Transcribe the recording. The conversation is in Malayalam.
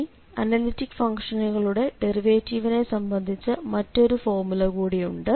ഇനി അനലിറ്റിക്ക് ഫംഗ്ഷനുകളുടെ ഡെറിവേറ്റിവിനെ സംബന്ധിച്ച മറ്റൊരു ഫോർമുല കൂടിയുണ്ട്